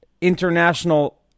international